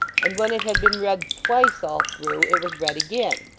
and when it had been read twice all through it was read again.